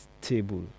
table